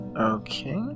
Okay